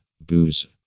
booze